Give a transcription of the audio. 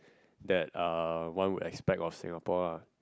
that uh one would expect of Singapore ah